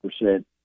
percent